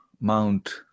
mount